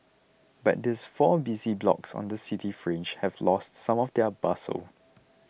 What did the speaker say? but these four busy blocks on the city fringe have lost some of their bustle